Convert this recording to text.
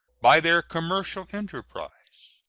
by their commercial enterprise,